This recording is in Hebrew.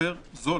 יותר זול